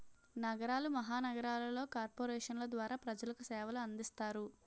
నగరాలు మహానగరాలలో కార్పొరేషన్ల ద్వారా ప్రజలకు సేవలు అందిస్తారు